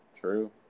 true